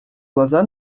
глаза